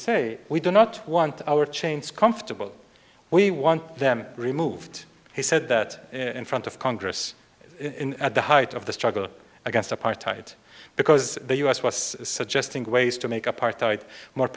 say we do not want our chains comfortable we want them removed he said that in front of congress at the height of the struggle against apartheid because the u s was suggesting ways to make apartheid more